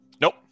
nope